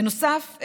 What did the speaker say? בנוסף,